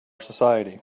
society